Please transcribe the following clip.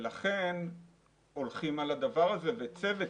לכן הולכים על הדבר הזה בצוות.